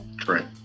Correct